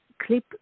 clip